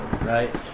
right